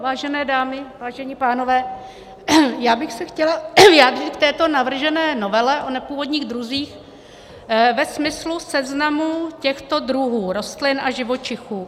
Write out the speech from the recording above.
Vážené dámy, vážení pánové, já bych se chtěla vyjádřit k této navržené novele o nepůvodních druzích ve smyslu seznamu těchto druhů rostlin a živočichů.